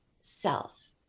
self